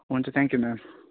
हुन्छ thank you ma'am